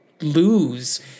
lose